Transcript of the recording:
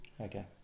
okay